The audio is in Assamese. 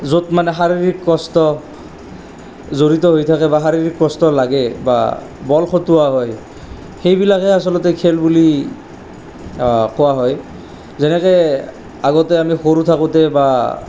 য'ত মানে শাৰীৰিক কষ্ট জড়িত হৈ থাকে বা শাৰীৰিক কষ্ট লাগে বা বল খটুৱা হয় সেইবিলাকহে আচলতে খেল বুলি কোৱা হয় যেনেকে আগতে আমি সৰু থাকোতে বা